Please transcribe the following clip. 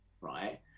right